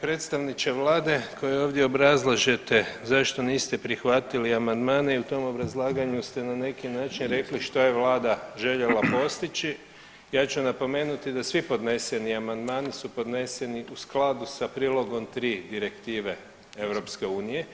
predstavniče vlade koji ovdje obrazlažete zašto niste prihvatili amandmane i u tom obrazlaganju ste na neki način rekli što je vlada željela postići, ja ću napomenuti da svi podneseni amandmani su podneseni u skladu sa Prilogom 3. Direktive EU.